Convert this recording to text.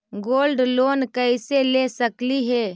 Gold loan कैसे ले सकली हे?